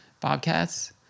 Bobcats